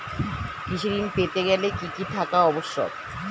কৃষি ঋণ পেতে গেলে কি কি থাকা আবশ্যক?